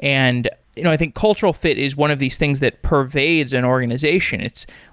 and you know i think cultural fit is one of these things that pervades an and organization.